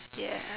ya